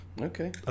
okay